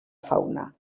fauna